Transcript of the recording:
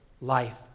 life